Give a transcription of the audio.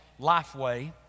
Lifeway